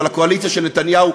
אבל הקואליציה של נתניהו,